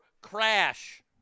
crash